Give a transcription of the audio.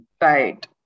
Right